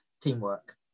teamwork